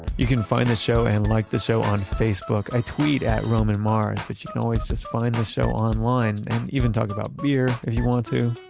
you can find the show and like the show on facebook. i tweet at romanmars but you can always just find the show online and even talk about beer if you want to.